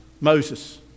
Moses